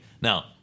Now